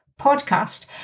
podcast